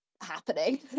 happening